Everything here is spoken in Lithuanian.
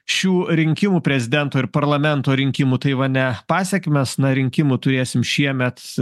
šių rinkimų prezidento ir parlamento rinkimų taivane pasekmes na rinkimų turėsim šiemet